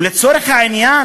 ולצורך העניין,